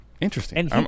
interesting